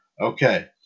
Okay